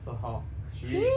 so how should we